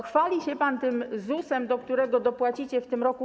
Chwali się pan tym ZUS-em, do którego dopłacicie w tym roku.